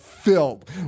filled